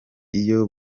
iyo